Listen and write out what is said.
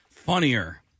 Funnier